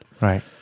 Right